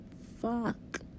fuck